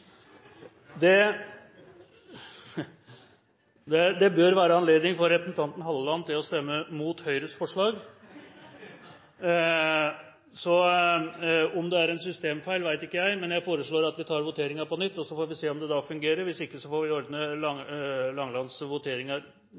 som for. Det bør være anledning for representanten Langeland til å stemme imot Høyres forslag. Om det er en systemfeil, vet jeg ikke, men jeg foreslår at vi tar voteringen på nytt, og så får vi ser om det fungerer da, ellers så får vi ordne